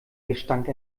gestank